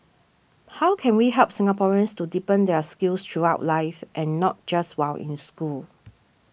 how can we help Singaporeans to deepen their skills throughout life and not just while in school